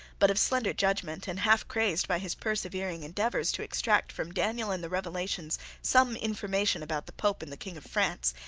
but of slender judgment, and half crazed by his persevering endeavours to extract from daniel and the revelations some information about the pope and the king of france,